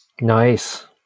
Nice